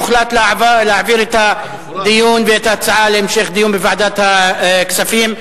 הוחלט להעביר את ההצעה להמשך דיון בוועדת הכספים.